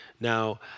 Now